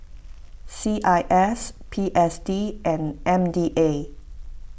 C I S P S D and M D A